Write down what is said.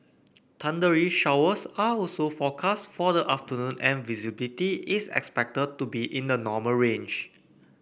thundery showers are also forecast for the afternoon and visibility is expected to be in the normal range